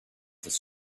this